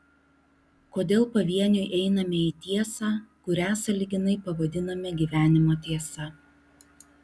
kodėl pavieniui einame į tiesą kurią sąlyginai pavadiname gyvenimo tiesa